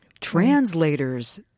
Translators